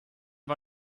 war